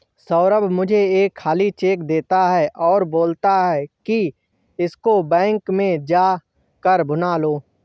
सौरभ मुझे एक खाली चेक देता है और बोलता है कि इसको बैंक में जा कर भुना लो